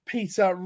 Peter